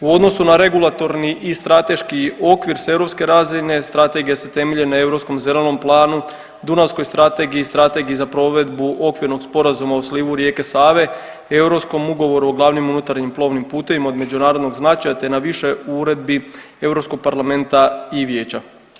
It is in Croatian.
U odnosu na regulatorni i strateški okvir s europske razine strategija se temelji na Europskom zelenom planu, Dunavskoj strategiji, Strategiji za provedbu okvirnog sporazuma u slivu rijeke Save, Europskom ugovoru o glavnim unutarnjim plovnim putevima od međunarodnog značaja te na više uredbi EU Parlamenta i Vijeća.